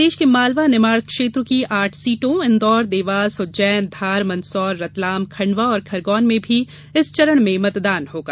प्रदेश के मालवा निमाड़ क्षेत्र की आठ सीटों इंदौर देवास उज्जैन धार मंदसौर रतलाम खंडवा और खरगौन में भी इस चरण में मतदान होगा